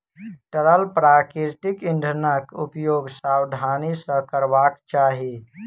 तरल प्राकृतिक इंधनक उपयोग सावधानी सॅ करबाक चाही